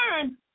turn